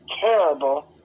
terrible